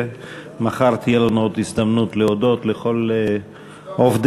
ומחר תהיה לנו עוד הזדמנות להודות לכל עובדי